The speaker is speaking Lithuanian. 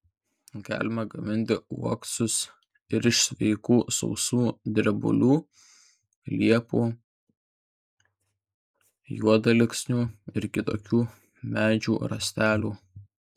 galima gaminti uoksus ir iš sveikų sausų drebulių liepų juodalksnių ir kitokių medžių rąstelių